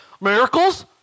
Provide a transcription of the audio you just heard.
miracles